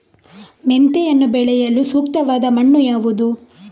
ಮೆಂತೆಯನ್ನು ಬೆಳೆಯಲು ಸೂಕ್ತವಾದ ಮಣ್ಣು ಯಾವುದು?